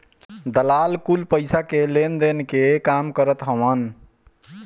दलाल कुल पईसा के लेनदेन के काम करत हवन